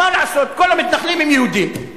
מה לעשות, כל המתנחלים הם יהודים.